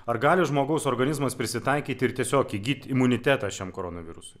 ar gali žmogaus organizmas prisitaikyt ir tiesiog įgyti imunitetą šiam koronavirusui